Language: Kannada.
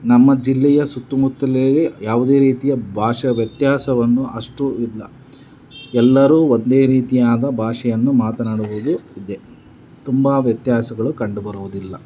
ನಮ್ಮ ಜಿಲ್ಲೆಯ ಸುತ್ತಮುತ್ತಲಲ್ಲಿ ಯಾವುದೇ ರೀತಿಯ ಭಾಷಾ ವ್ಯತ್ಯಾಸವನ್ನು ಅಷ್ಟು ಇಲ್ಲ ಎಲ್ಲರೂ ಒಂದೇ ರೀತಿಯಾದ ಭಾಷೆಯನ್ನು ಮಾತನಾಡುವುದು ಇದೆ ತುಂಬ ವ್ಯತ್ಯಾಸಗಳು ಕಂಡುಬರೋದಿಲ್ಲ